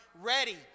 ready